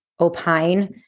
opine